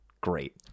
great